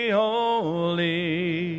holy